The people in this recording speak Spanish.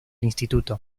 instituto